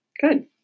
good